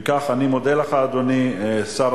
אם כך, אני מודה לך, אדוני שר